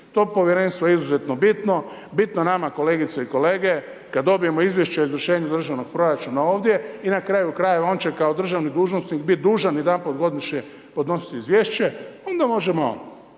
To Povjerenstvo je izuzetno bitno, bitno nama kolegice i kolege, kad dobijemo izvješće o izvršenju državnog proračuna ovdje i na kraju-krajeva on će kao državni dužnosnik biti dužan jedan put godišnje podnositi izvješće. Onda možemo